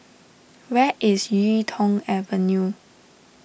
where is Yuk Tong Avenue